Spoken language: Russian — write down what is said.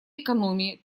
экономии